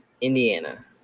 Indiana